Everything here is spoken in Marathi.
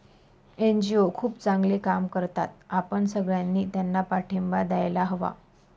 एन.जी.ओ खूप चांगले काम करतात, आपण सगळ्यांनी त्यांना पाठिंबा द्यायला हवा